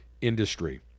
industry